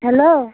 hello